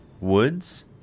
Woods